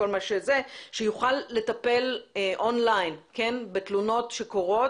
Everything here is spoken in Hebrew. שיכול לטפל און-ליין בתלונות שקורות.